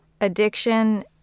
addiction